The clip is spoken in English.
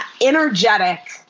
energetic